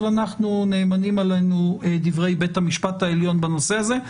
אבל נאמנים עלינו דברי בית המשפט העליון בנושא הזה,